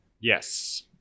yes